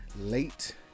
late